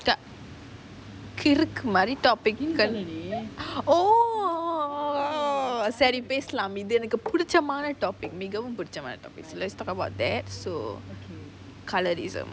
கிறுக்கு மாரி:kiruku maari topic சரி பேசலாம்:sari peasalaam oh topic இது எனக்கு பிடிச்சமான:ithu ennaku pidichamaana topic மிகவும் பிடிச்சமான:migavum pidichamaana topic let's talk about that so colourism